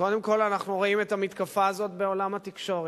קודם כול אנחנו רואים את המתקפה הזאת בעולם התקשורת.